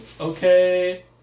okay